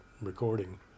recording